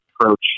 approach